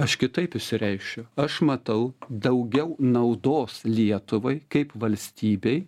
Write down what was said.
aš kitaip išsireikšiu aš matau daugiau naudos lietuvai kaip valstybei